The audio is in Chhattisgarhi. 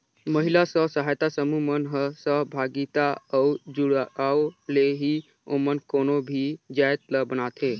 महिला स्व सहायता समूह मन ह सहभागिता अउ जुड़ाव ले ही ओमन कोनो भी जाएत ल बनाथे